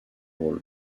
rôle